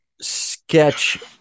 sketch